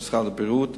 במשרד הבריאות,